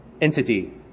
entity